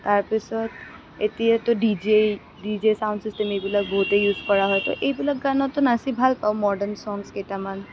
তাৰপিছত এতিয়াতো D J D J sound system এইবিলাক বহুতেই ইউজ কৰা হয় তো এইবিলাক গানতো নাচি ভাল পাওঁ মডাৰ্ণ ছংচ কেইটামান